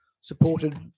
supported